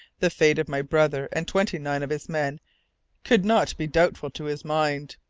the fate of my brother and twenty-nine of his men could not be doubtful to his mind.